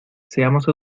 seamos